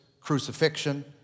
crucifixion